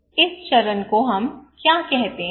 इस चरण को हम क्या कहते हैं